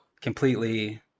completely